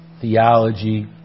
theology